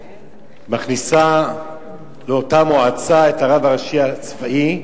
מכניסה לאותה מועצה את הרב הצבאי הראשי,